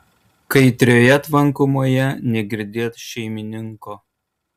kaitrioje tvankumoje negirdėt šeimininko